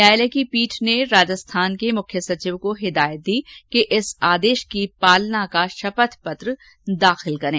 न्यायालय की पीठ ने राजस्थान के मुख्य सचिव को हिदायत दी कि इस आदेश की पालना का शपथ पत्र दाखिल करें